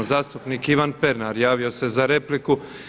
Zastupnik Ivan Pernar javio se za repliku.